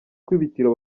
ikubitiro